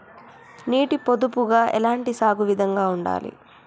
నీటి పొదుపుగా ఎలాంటి సాగు విధంగా ఉండాలి?